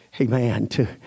Amen